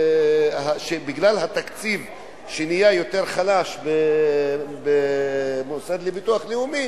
שבגלל התקציב שנהיה יותר חלש במוסד לביטוח לאומי